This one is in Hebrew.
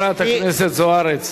חברת הכנסת זוארץ.